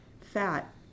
fat